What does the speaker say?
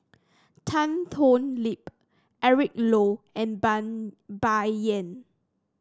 Tan Thoon Lip Eric Low and Ban Bai Yan